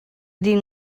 dih